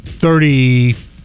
Thirty